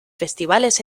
festivales